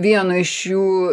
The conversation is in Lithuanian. vieno iš jų